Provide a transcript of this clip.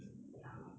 ya lor